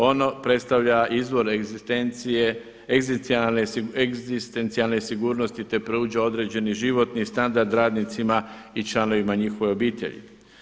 Ono predstavlja izvore egzistencije, egzistencijalne sigurnosti te pruža određeni životni standard radnicima i članovima njihove obitelji.